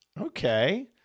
Okay